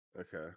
okay